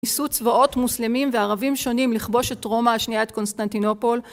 ניסו צבאות מוסלמים וערבים שונים לכבוש את רומא השנייה את קונסטנטינופול